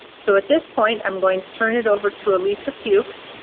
so at this point, i'm going to turn it over to alisa fewkes,